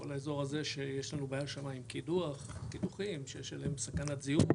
כל האזור הזה שיש לנו בעיה שם עם קידוחים שיש עליהם סכנת זיהום,